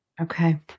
Okay